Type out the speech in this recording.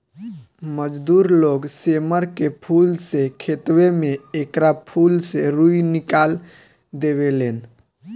मजदूर लोग सेमर के फूल से खेतवे में एकरा फूल से रूई निकाल देवे लेन